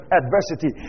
adversity